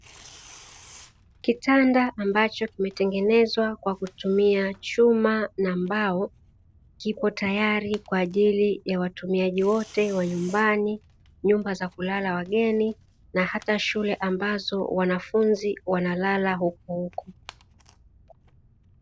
Kitanda ambacho kimetengenezwa kwa kutumia chuma na mbao kiko tayari kwa ajili ya watumiaji wote wa nyumbani, nyumba za kulala wageni na hata shule ambazo wanafunzi wanalala hukohuko.